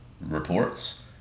reports